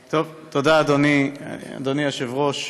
תודה, אדוני היושב-ראש,